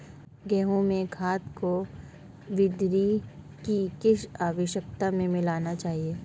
गेहूँ में खाद को वृद्धि की किस अवस्था में मिलाना चाहिए?